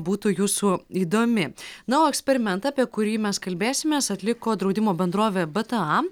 būtų jūsų įdomi na o eksperimentą apie kurį mes kalbėsimės atliko draudimo bendrovė bta